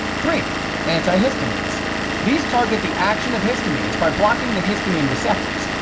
three anti-histamines these target the action of histamines by blocking the histamine receptors,